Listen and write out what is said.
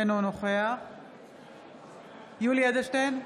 אינו נוכח יולי יואל אדלשטיין,